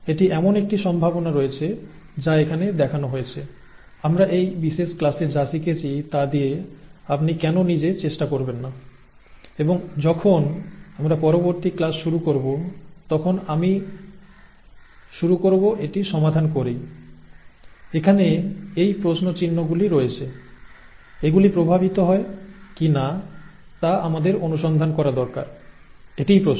এটি এমন একটি সম্ভাবনা রয়েছে যা এখানে দেখানো হয়েছে আমরা এই বিশেষ ক্লাসে যা শিখেছি তা দিয়ে আপনি কেন নিজে চেষ্টা করবেন না এবং যখন আমরা পরবর্তী ক্লাস শুরু করব তখন আমি শুরু করব এটি সমাধান করেই এখানে এই প্রশ্ন চিহ্নগুলি রয়েছে এগুলি প্রভাবিত হয় কিনা তা আমাদের অনুসন্ধান করা দরকার এটিই প্রশ্ন